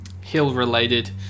hill-related